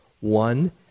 One